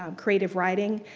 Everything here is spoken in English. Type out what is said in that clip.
um creative writing,